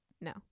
No